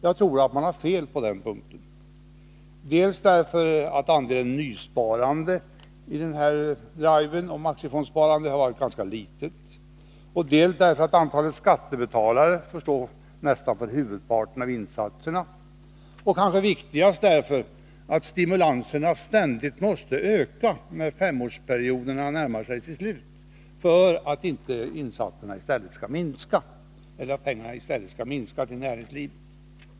Jag tror att man har fel på den punkten; dels därför att andelen nysparande i driven om aktiefondsparande har varit ganska liten, dels därför att skattebetalarna får stå för nästan huvudparten av insatserna och kanske främst därför att stimulanserna ständigt måste öka när femårsperioderna närmar sig sitt slut för att inte penningsummorna till näringslivet skall minska.